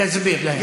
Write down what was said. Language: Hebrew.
תסביר להם.